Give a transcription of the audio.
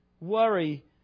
worry